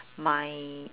my